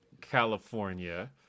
California